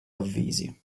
avvisi